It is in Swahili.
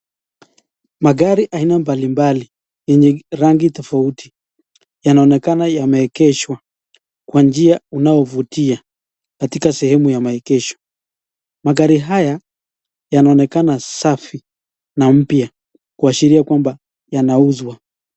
Magari aina mbalimbali yenye rangi tafauti yanaoneka yameekesho kwa njia unayofutia katika sehemu ya mahekesho magari haya yanaoneka safi na mpya kuashiria kwamba yanauzwa.